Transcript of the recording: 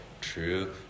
True